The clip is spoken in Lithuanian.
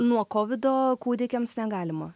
nuo kovido kūdikiams negalima